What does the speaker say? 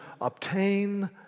obtain